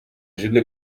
židli